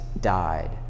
died